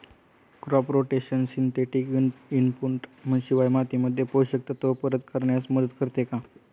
Crop rotation synthetic input शिवाय मातीमध्ये पोषक तत्त्व परत करण्यास मदत करते का?